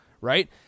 right